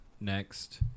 next